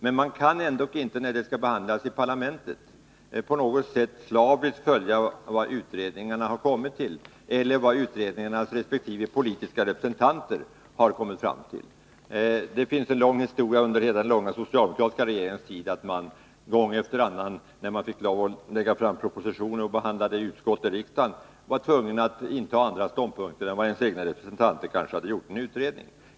Men man kan inte, när ett ärende skall behandlas i parlamentet, på något sätt slaviskt följa vad utredningarna har kommit fram till eller vad utredningarnas resp. politiska representanter har kommit fram till. Det finns en lång historia under hela den långa socialdemokratiska regeringens tid att man gång efter annan när man lade fram propositioner för behandling i utskott och riksdag var tvungen att inta andra ståndpunkter än vad ens egna representanter kanske hade gjort i en utredning.